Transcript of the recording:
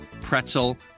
pretzel